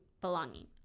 belonging